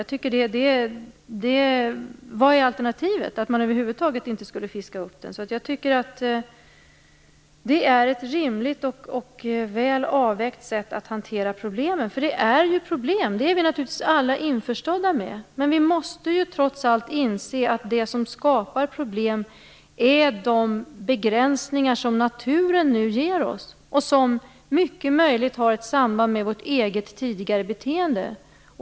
Vad är alternativet, att man över huvud taget inte skulle fiska upp den? Det är ett rimligt och väl avvägt sätt att hantera problemen. Att det finns problem är alla naturligtvis införstådda med, men vi måste ju trots allt inse att det som skapar problem är de begränsningar som naturen nu ger oss och som mycket möjligt har ett samband med vårt eget tidigare beteende.